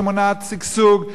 שמונעת שגשוג,